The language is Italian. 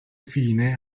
fine